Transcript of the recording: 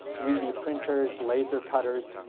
three d printers, laser cutters,